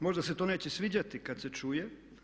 Možda se to neće sviđati kada se čuje.